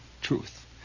Truth